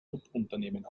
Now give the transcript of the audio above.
subunternehmen